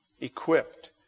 equipped